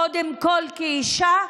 קודם כול כאישה,